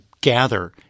gather